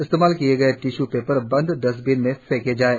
इस़तेमाल किए गए tissue paper बंद डस़्टबिन में फेंके जाएं